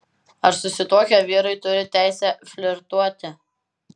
ar susituokę vyrai turi teisę flirtuoti